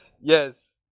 Yes